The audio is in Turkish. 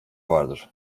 vardır